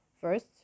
first